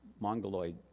Mongoloid